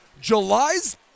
July's